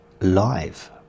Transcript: live